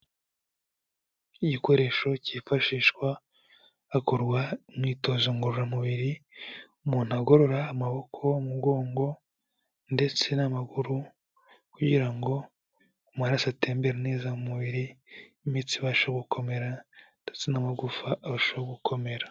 Igikoresho cyifashishwa hakorwa imyitozo ngororamubiri, umuntu agorora amaboko, umugongo, ndetse n'amaguru, kugira ngo amaraso atembera neza mu mubiri, imitsi ibashe gukomera, ndetse n'amagufa arushaho gukomera.